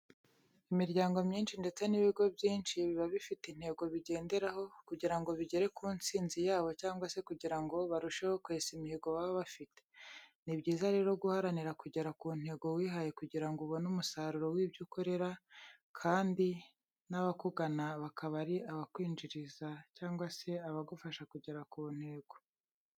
Imiryango myinshi ndetse n'ibigo byinshi biba bifite intego bigenderaho kugira ngo bigere ku ntsinzi yabo cyangwa se kugira ngo barusheho kwesa imihigo baba bafite. Ni byiza rero guharanira kugera ku ntego wihaye kugira ngo ubone umusaruro w'ibyo ukora kandi n'abakugana bakaba ari abakwinjiriza cyangwa se abagufasha kugera ku ntego.